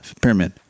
pyramid